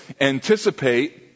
anticipate